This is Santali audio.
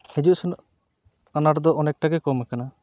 ᱦᱤᱡᱩᱜ ᱥᱮᱱᱚᱜ ᱟᱱᱟᱴ ᱫᱚ ᱚᱱᱮᱠᱴᱟᱜᱮ ᱠᱚᱢ ᱟᱠᱟᱱᱟ